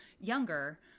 younger